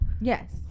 Yes